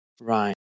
Right